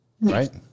right